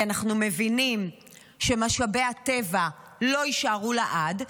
כי אנחנו מבינים שמשאבי הטבע לא יישארו לעד,